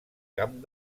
camp